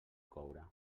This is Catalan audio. coure